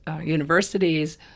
universities